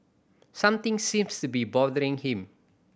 something seems to be bothering him